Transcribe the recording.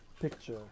picture